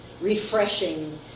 refreshing